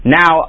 now